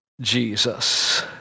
Jesus